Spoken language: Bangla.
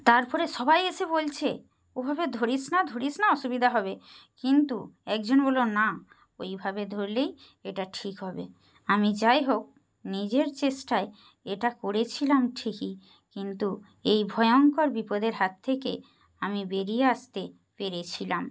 তারপরে সবাই এসে বলছে ওভাবে ধরিস না ধরিস না অসুবিধা হবে কিন্তু একজন বলল না ওইভাবে ধরলেই এটা ঠিক হবে আমি যাই হোক নিজের চেষ্টায় এটা করেছিলাম ঠিকই কিন্তু এই ভয়ংকর বিপদের হাত থেকে আমি বেরিয়ে আসতে পেরেছিলাম